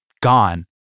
gone